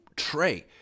Trey